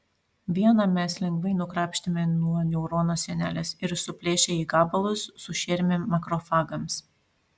vieną mes lengvai nukrapštėme nuo neurono sienelės ir suplėšę į gabalus sušėrėme makrofagams